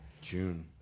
June